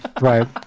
Right